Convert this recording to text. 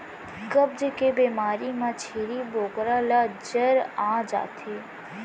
कब्ज के बेमारी म छेरी बोकरा ल जर आ जाथे